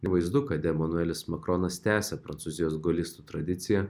ivaizdu kad emanuelis makronas tęsia prancūzijos golistų tradiciją